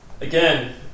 again